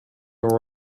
all